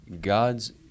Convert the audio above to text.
God's